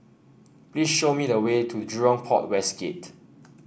please show me the way to Jurong Port West Gate